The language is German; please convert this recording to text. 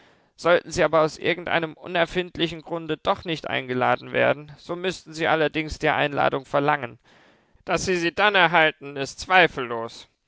sollten sie aber aus irgendeinem unerfindlichen grunde doch nicht eingeladen werden so müßten sie allerdings die einladung verlangen daß sie sie dann erhalten ist zweifellos